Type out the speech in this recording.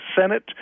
Senate